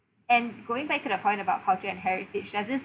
and going back to the point about culture and heritage does this